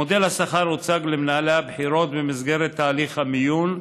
מודל השכר הוצג למנהלי הבחירות במסגרת תהליך המיון,